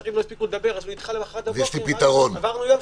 ושרים לא יספיקו לדבר ונדחה למחר בבוקר עברנו יום.